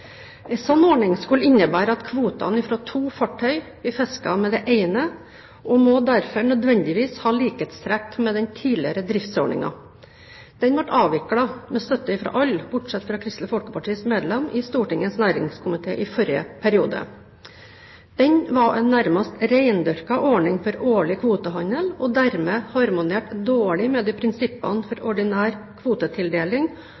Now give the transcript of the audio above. ordning skulle innebære at kvotene fra to fartøy blir fisket med det ene, og må derfor nødvendigvis ha likhetstrekk med den tidligere driftsordningen. Denne ble avviklet med støtte fra alle, bortsett fra Kristelig Folkepartis medlem, i Stortingets næringskomité i forrige periode. Den var en nærmest rendyrket ordning for årlig kvotehandel, og harmonerte dermed dårlig med de prinsippene